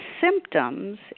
symptoms